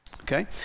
okay